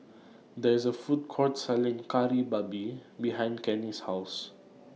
There IS A Food Court Selling Kari Babi behind Kenny's House